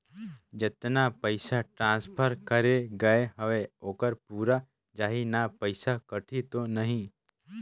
जतना पइसा ट्रांसफर करे गये हवे ओकर पूरा जाही न पइसा कटही तो नहीं?